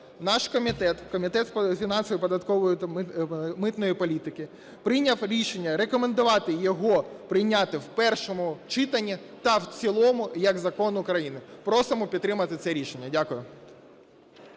наш комітет, Комітет фінансової, податкової та митної політики, прийняв рішення рекомендувати його прийняти в першому читанні та в цілому як закон України. Просимо підтримати це рішення. Дякую.